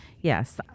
Yes